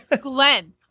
Glenn